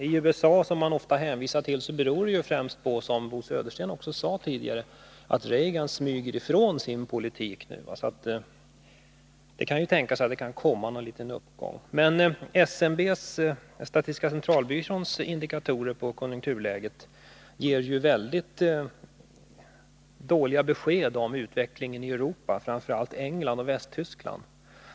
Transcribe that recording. I USA, som man ofta hänvisar till, beror det främst på, vilket Bo Södersten också sade, att Reagan smyger ifrån sin politik nu. Det kan ju tänkas att det kan komma någon liten uppgång. Men SCB:s indikatorer på konjunkturläget ger väldigt dåliga besked om utvecklingen i Europa, framför allt i England och i Västtyskland.